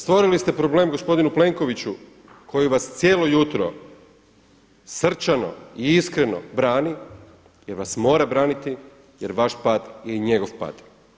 Stvorili ste problem gospodinu Plenkoviću koji vas cijelo jutro srčano i iskreno brani, jer vas mora braniti, jer vaš pad je i njegov pad.